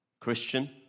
Christian